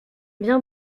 bien